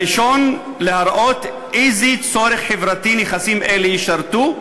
הראשון, להראות איזה צורך חברתי נכסים אלה ישרתו,